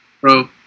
bro